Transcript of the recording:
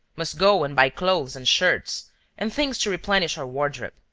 must go and buy clothes and shirts and things to replenish our wardrobe.